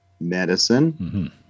medicine